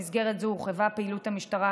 במסגרת זו הורחבה פעילות המשטרה